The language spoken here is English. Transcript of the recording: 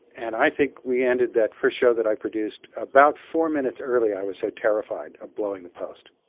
and i think we ended that first show that i produced about four minutes early, i was so terrified of blowing the post.